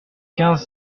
quinze